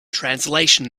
translation